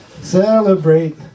Celebrate